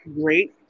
great